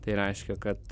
tai reiškia kad